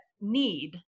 need